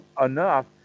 enough